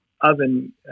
oven